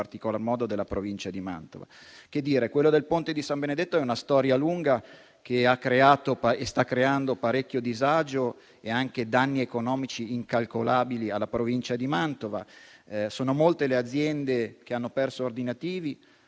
in particolar modo della Provincia di Mantova. Quella del ponte di San Benedetto è una storia lunga che ha creato e sta creando molto disagio e anche danni economici incalcolabili alla Provincia di Mantova. Sono molte le aziende che hanno perso ordinativi,